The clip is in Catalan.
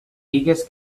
bigues